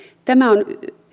tämä on